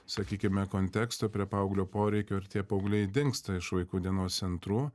sakykime konteksto prie paauglio poreikių ir tie paaugliai dingsta iš vaikų dienos centrų